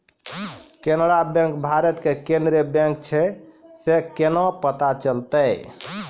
Canara bank भारत के केन्द्रीय बैंक छै से केना पता चलतै?